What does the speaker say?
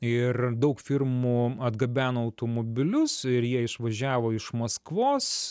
ir daug firmų atgabeno automobilius ir jie išvažiavo iš maskvos